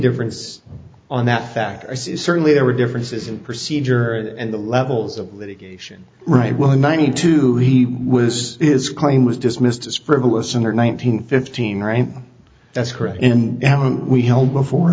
difference on that factor certainly there were differences in procedure and the levels of litigation right well ninety two he was his claim was dismissed as frivolous and one nine hundred fifteen right that's correct and we held before